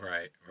Right